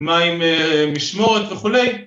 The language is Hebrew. ‫מה אם משמורת וכולי.